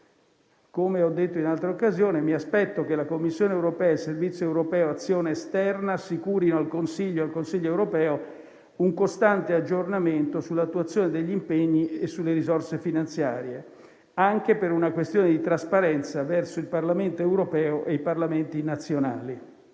Come ho detto in un'altra occasione, mi aspetto che la Commissione europea e il Servizio europeo per l'azione esterna assicurino al Consiglio europeo un costante aggiornamento sulla attuazione degli impegni e sulle risorse finanziarie, anche per una questione di trasparenza verso il Parlamento europeo e i parlamenti nazionali.